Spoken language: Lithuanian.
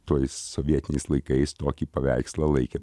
tais sovietiniais laikais tokį paveikslą laikė